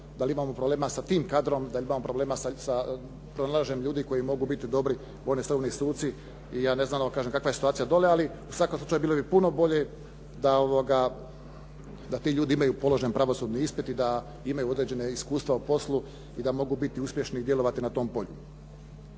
da li imamo problema sa tim kadrom, da li imamo problema sa pronalaženjem ljudi koji mogu biti dobri .../Govornik se ne razumije./... suci i ja ne znam kakva je situacija dole ali u svakom slučaju bilo bi puno bolje da ti ljudi imaju položen pravosudni ispit i da imaju određena iskustva u poslu i da mogu biti uspješni i djelovati na tom polju.